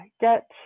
get